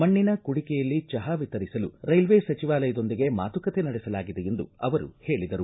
ಮಣ್ಣಿನ ಕುಡಿಕೆಯಲ್ಲಿ ಚಹಾ ವಿತರಿಸಲು ರೈಲ್ವೆ ಸಚಿವಾಲಯದೊಂದಿಗೆ ಮಾತುಕತೆ ನಡೆಸಲಾಗಿದೆ ಎಂದು ಅವರು ಹೇಳಿದರು